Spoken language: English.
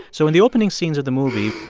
so in the opening scenes of the movie.